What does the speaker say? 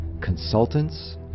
consultants